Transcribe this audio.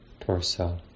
torso